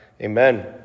Amen